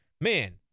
man